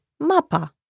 mapa